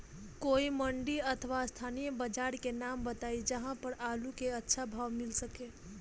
कोई मंडी अथवा स्थानीय बाजार के नाम बताई जहां हमर आलू के अच्छा भाव मिल सके?